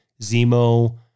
Zemo